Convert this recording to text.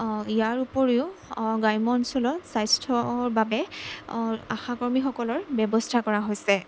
ইয়াৰ ওপৰিও গ্ৰাম্য অঞ্চলত স্বাস্থ্যৰ বাবে আশাকৰ্মীসকলৰ ব্যৱস্থা কৰা হৈছে